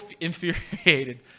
infuriated